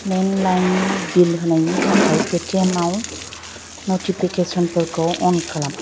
landline नि bill होनायनि थाखाय पेटिएम आव नटिफिकेसन फोरखौ अन खालाम